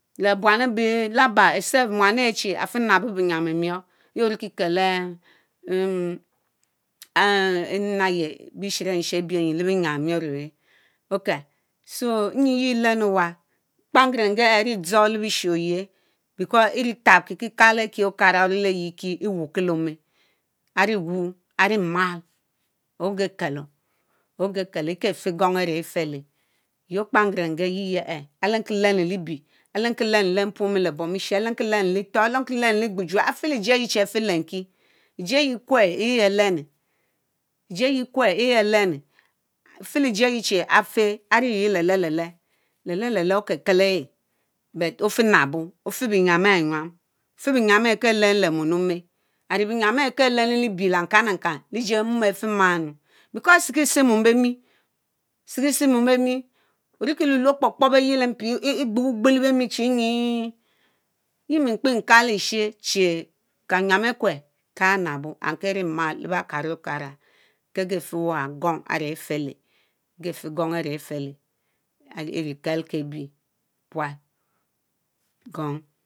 Le buan ebe. Laba except muan, arẽ Chú afie-nabo biyam emiorr yie-orikikel mmm enena-eyie bishiren shi le binyam emiorr ayhee o'kel so enyi yie lenu ewa Akpangere-nge aridzor lebisin-oyie because eri-tarr Kikiekal Ekie Okara Orileyieki ewurrki le-ome Ariwnu Arimal ogekelo, Ogekelo gefikong aré ifeléé yie okpangere-ngee yieyie-ee alenki-lenm liebie alenki-lenu le mpno ome le-bom eshie alenkitenu le Egbuju afile-ejie ayie afelenme; ejie ayiekue ééh, yeyie alenne, yeyie alenne afeleejie ayieafe aririi le-lee-le-lee, le-lee-le okekel aééh but efienabo ofebinyam aré nyam efebiyam aré kéé alennu le mom le-ome aré binyam aré kéé alérinu libie lankan-lankan lejie Eḿom afemánu because aré tséku-tse mom béa mi, aretsekitsemom bemi orikiluélué o'kpobkpob ayie lee-mpi egbewuugbe léé bemi chi enyiee, yie mi kpé kpe kaly eshie chéé kanyan E'kue kenabo andkééri-mal le bakal okara keegeb feá Ewà kõng aré ifele kekeh feá aré ifele aré ifele aré irikelkebie puát Kóng.